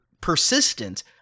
persistent